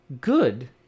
good